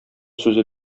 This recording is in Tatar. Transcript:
сүзе